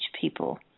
people